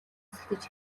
хөөцөлдөж